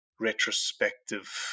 retrospective